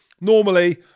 Normally